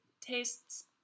tastes